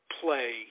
play